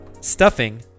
stuffing